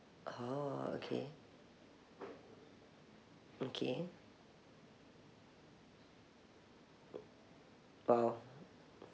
oh okay okay !wow!